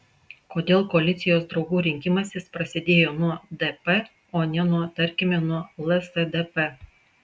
kodėl koalicijos draugų rinkimasis prasidėjo nuo dp o ne nuo tarkime nuo lsdp